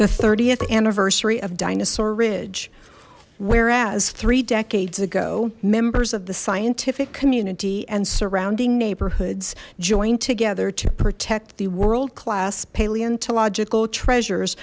the th anniversary of dinosaur ridge where as three decades ago members of the scientific community and surrounding neighborhoods joined together to protect the world class paleontological treasures